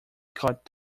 caught